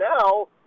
now